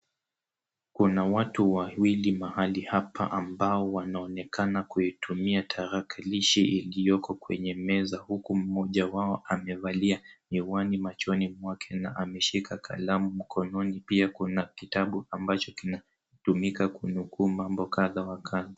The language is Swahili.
Kuna watu wawili mahali hapa ambao , wanaonekana kuitumia talakilishi, iliyoko kwenye meza huku mmoja wao amevalia miwani machoni mwake na ameshika kalamu, mkononi pia kuna kitabu ambacho kinatumika kunukuu mambo kadha wa kadha.